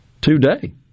today